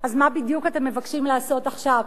אז מה אתם מבקשים לעשות עכשיו?